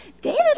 David